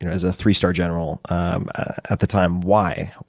as a three-star general um at the time. why?